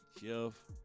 Jeff